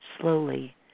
slowly